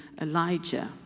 Elijah